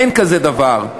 אין כזה דבר.